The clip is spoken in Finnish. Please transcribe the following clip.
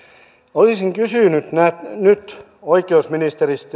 olisin kysynyt nyt oikeusministeriltä